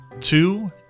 Two